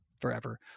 forever